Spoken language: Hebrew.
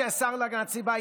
כשר הרווחה,